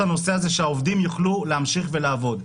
הנושא הזה שהעובדים יוכלו להמשיך לעבוד.